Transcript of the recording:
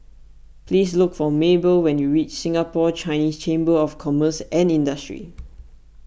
please look for Mabell when you reach Singapore Chinese Chamber of Commerce and Industry